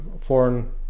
foreign